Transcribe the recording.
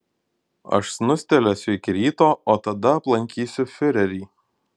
aš snustelėsiu iki ryto o tada aplankysiu fiurerį